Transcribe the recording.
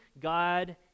God